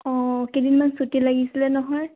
অঁ কেইদিনমান ছুটী লাগিছিলে নহয়